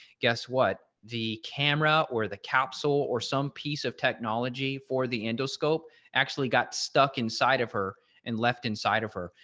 guess what the camera or the capsule or some piece of technology for the endoscope actually got stuck inside of her and left inside of her.